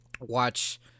watch